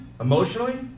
emotionally